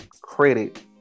credit